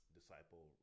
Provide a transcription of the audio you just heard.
disciple